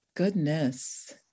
Goodness